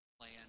plan